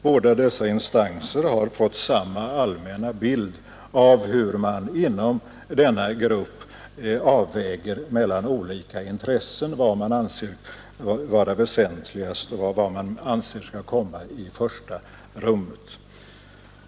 Båda dessa instanser har fått samma allmänna bild av hur man inom denna grupp avväger mellan olika intressen, vad man anser vara väsentligast och vad man anser skall komma i första rummet.